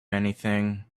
anything